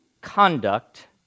conduct